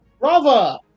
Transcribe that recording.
Brava